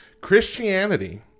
Christianity